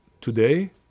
today